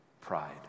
Pride